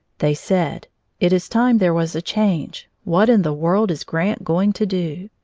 they said it is time there was a change what in the world is grant going to do?